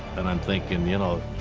and i'm thinking, you know,